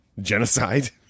genocide